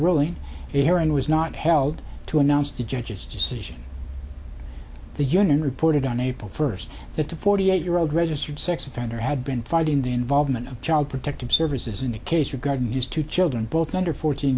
and was not held to announce the judge's decision the union reported on april first that the forty eight year old registered sex offender had been fighting the involvement of child protective services in a case regarding his two children both under fourteen